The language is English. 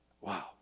wow